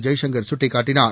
ஜெய்சங்கர் சுட்டிக்காட்டினார்